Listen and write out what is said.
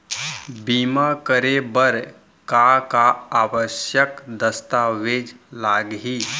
बीमा करे बर का का आवश्यक दस्तावेज लागही